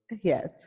Yes